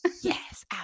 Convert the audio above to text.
Yes